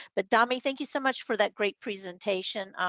but dami thank you so much for that great presentation.